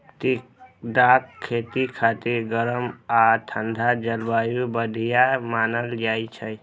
टिंडाक खेती खातिर गरम आ ठंढा जलवायु बढ़िया मानल जाइ छै